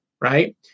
right